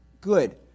Good